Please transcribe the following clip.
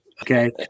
Okay